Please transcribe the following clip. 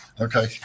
Okay